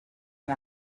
and